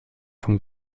von